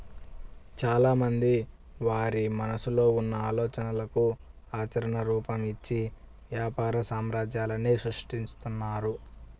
చాలామంది వారి మనసులో ఉన్న ఆలోచనలకు ఆచరణ రూపం, ఇచ్చి వ్యాపార సామ్రాజ్యాలనే సృష్టిస్తున్నారు